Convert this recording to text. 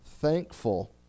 thankful